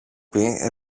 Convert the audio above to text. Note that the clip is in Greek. πει